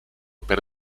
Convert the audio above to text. per